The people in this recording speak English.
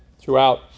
throughout